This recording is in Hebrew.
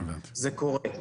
זה קורה.